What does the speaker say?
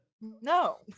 No